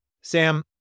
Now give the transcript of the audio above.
Sam